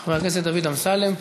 חבר הכנסת דוד אמסלם.